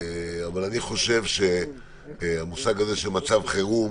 אני חושב שהמושג של מצב חירום